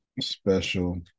special